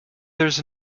there’s